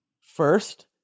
First